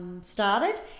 started